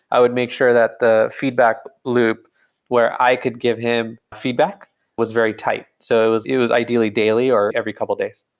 i would make sure that the feedback loop where i could give him feedback was very tight. so it was it was ideally daily or every couple of days.